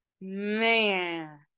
man